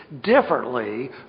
differently